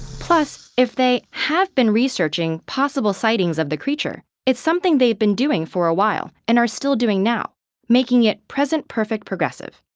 plus, if they have been researching possible sightings of the creature, it's something they've been doing for a while and are still doing now making it present perfect progressive.